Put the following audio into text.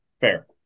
fair